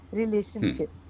relationship